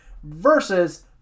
versus